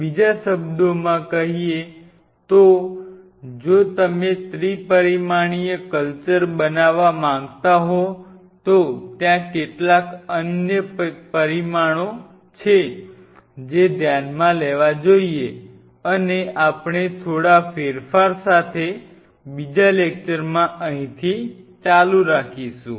બીજા શબ્દોમાં કહીએ તો જો તમે ત્રિપરિમાણીય કલ્ચર બનાવવા માંગતા હોવ તો ત્યાં કેટલાક અન્ય પરિમાણો છે જે ધ્યાનમાં લેવા જોઈએ અને આપણે થોડા ફેરફાર સાથે બીજા લેક્ચરમાં અહીંથી ચાલુ રાખીશું